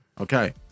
Okay